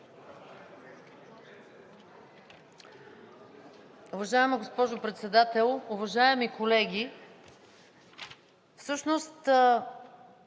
Уважаема госпожо Председател, уважаеми колеги! Всъщност